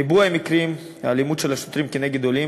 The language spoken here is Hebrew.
ריבוי מקרי האלימות של השוטרים נגד עולים